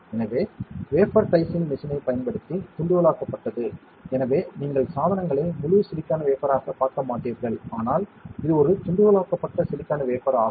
எனவே wafer dicing மெஷினைப் பயன்படுத்தி துண்டுகளாக்கப்பட்டது எனவே நீங்கள் சாதனங்களை முழு சிலிக்கான் வேஃபர் ஆக பார்க்க மாட்டீர்கள் ஆனால் இது ஒரு துண்டுகளாக்கப்பட்ட சிலிக்கான் வேஃபர் ஆகும்